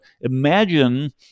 imagine